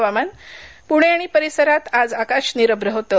हवामान पुणे आणि परिसरात आज आकाश निरभ्र होतं